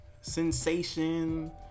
sensation